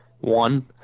One